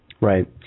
Right